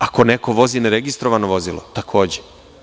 Ako neko vozi neregistrovano vozilo takođe.